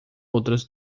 outras